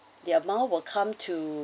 the amount will come to